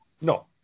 No